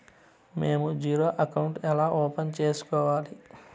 మేము zero account ఎలా open సేసుకోవాలి